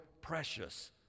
precious